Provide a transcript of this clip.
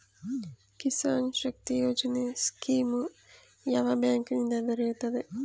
ಕಿಸಾನ್ ಶಕ್ತಿ ಯೋಜನೆ ಸ್ಕೀಮು ಯಾವ ಬ್ಯಾಂಕಿನಿಂದ ದೊರೆಯುತ್ತದೆ?